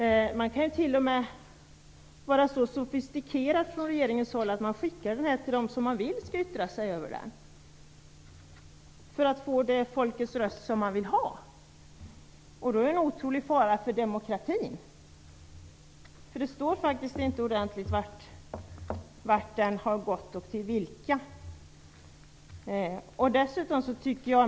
Regeringen kan ju t.o.m. vara så sofistikerad att man skickar ut skriften till dem som man vill ha yttrande ifrån för att få fram det folkets röst som man vill ha. Då är det en otrolig fara för demokratin. Det står faktiskt inte uttryckt ordentligt vart och till vilka som skriften har skickats ut.